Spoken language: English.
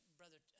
brother